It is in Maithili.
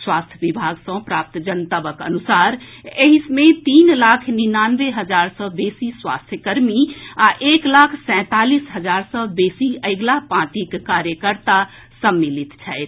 स्वास्थ्य विभाग सँ प्राप्त जनतबक अनुसार एहि मे तीन लाख निनानबे हजार सँ बेसी स्वास्थ्य कर्मी आ एक लाख सँतालीस हजार सँ बेसी अगिला पांतिक कार्यकर्ता सम्मिलित छथि